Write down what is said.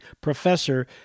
professor